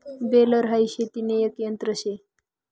baler हाई शेतीन एक यंत्र शे